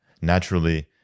naturally